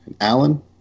Alan